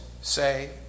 say